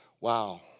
wow